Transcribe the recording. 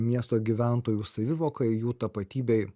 miesto gyventojų savivokai jų tapatybei